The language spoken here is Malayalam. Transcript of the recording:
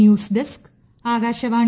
news desk Akashvani